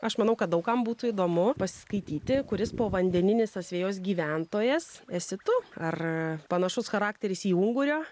aš manau kad daug kam būtų įdomu pasiskaityti kuris povandeninis asvejos gyventojas esi tu ar panašus charakteris į ungurio